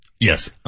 Yes